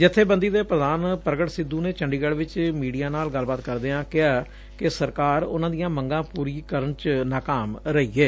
ਜਥੇਬੰਦੀ ਦੇ ਪ੍ਧਾਨ ਪ੍ਗਟ ਸਿੱਧੂ ਨੇ ਚੰਡੀਗੜ੍ਜੂ ਚ ਮੀਡੀਆ ਨਾਲ ਗੱਲਬਾਤ ਕਰਦਿਆਂ ਕਿਹਾ ਕਿ ਸਰਕਾਰ ਉਨ੍ਹਾਂ ਦੀਆਂ ਮੰਗ ਪੂਰੀ ਕਰਨ ਚ ਨਾਕਾਮ ਰਹੀ ਏ